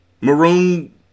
maroon